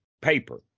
paper